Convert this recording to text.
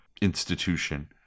institution